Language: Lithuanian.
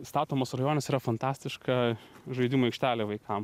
statomas rajonas yra fantastiška žaidimų aikštelė vaikam